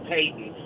Payton